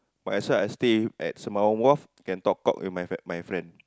might as well I stay at Sembawang Wharf can talk cock with my my friend